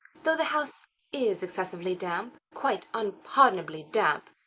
though the house is excessively damp, quite unpardonably damp,